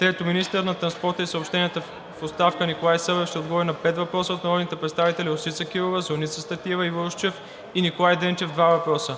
3. Министърът на транспорта и съобщенията в оставка Николай Събев ще отговори на пет въпроса от народните представители Росица Кирова; Зорница Стратиева; Иво Русчев; и Николай Дренчев – два въпроса.